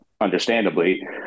understandably